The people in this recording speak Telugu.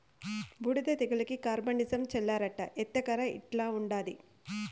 బూడిద తెగులుకి కార్బండిజమ్ చల్లాలట ఎత్తకరా ఇంట్ల ఉండాది